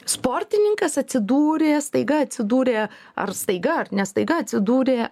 sportininkas atsidūrė staiga atsidūrė ar staiga ar ne staiga atsidūrė